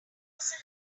was